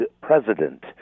president